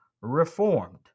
reformed